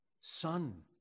Son